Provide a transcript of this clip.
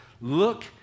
Look